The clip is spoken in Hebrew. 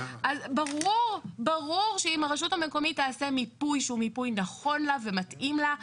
ברור שאם הרשות המקומית תעשה מיפוי שהוא מיפוי נכון לה ומתאים לה,